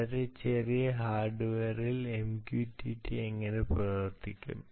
വളരെ ചെറിയ ഹാർഡ്വെയറുകളിൽ MQTT എങ്ങനെ പ്രവർത്തിക്കും